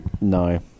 no